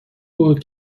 بود